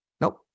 Nope